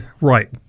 Right